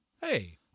Hey